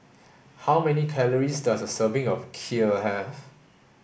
how many calories does a serving of Kheer have